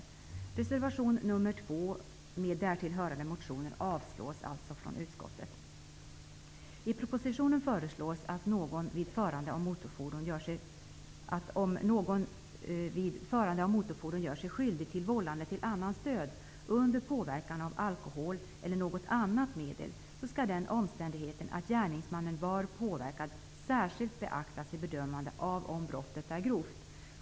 Utskottet avstyrker reservation nr 2 med därtill hörande motioner. I propositionen föreslås att om någon vid förande av motorfordon gör sig skyldig till vållande till annans död under påverkan av alkohol eller något annat medel, skall den omständigheten att gärningsmannen var påverkad särkskilt beaktas när man bedömer om brottet är grovt.